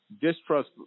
distrust